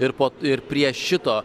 ir po ir prie šito